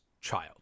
child